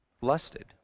lusted